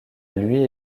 lui